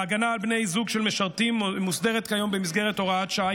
ההגנה על בני זוג של משרתים מוסדרת כיום במסגרת הוראת שעה